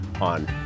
on